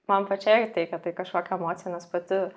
man pačiai tai kad tai kažkokia emocija nes pati